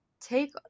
take